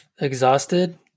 exhausted